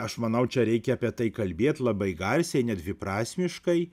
aš manau čia reikia apie tai kalbėt labai garsiai nedviprasmiškai